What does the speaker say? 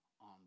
on